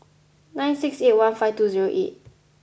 nine six eight one five two zero eight